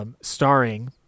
Starring